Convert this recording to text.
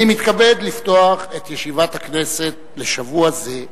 אני מתכבד לפתוח את ישיבת הכנסת לשבוע זה.